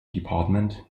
department